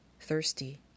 thirsty